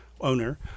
owner